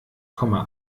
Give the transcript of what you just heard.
komma